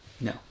no